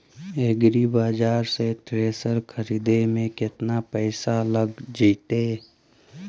एग्रिबाजार से थ्रेसर खरिदे में केतना पैसा लग जितै?